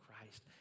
Christ